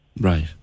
Right